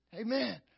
Amen